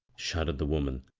shuddered the woman,